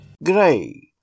Grey